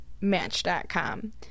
match.com